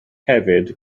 hefyd